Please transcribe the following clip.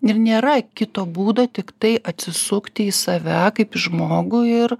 ir nėra kito būdo tiktai atsisukti į save kaip į žmogų ir